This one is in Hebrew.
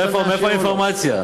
מאיפה האינפורמציה?